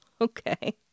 Okay